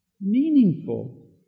Meaningful